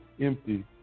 empty